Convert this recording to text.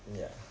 ya